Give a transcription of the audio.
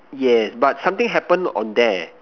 yes but something happen on there